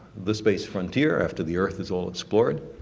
the space frontier, after the earth is all explored,